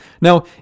Now